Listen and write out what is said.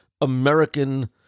American